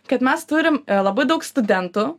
kad mes turim labai daug studentų